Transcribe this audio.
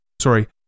sorry